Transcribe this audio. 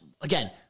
again